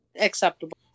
Acceptable